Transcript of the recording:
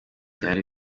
byari